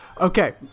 Okay